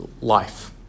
life